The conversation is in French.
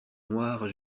noires